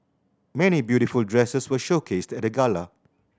many beautiful dresses were showcased at the gala